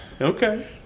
Okay